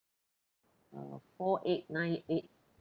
uh four eight nine eight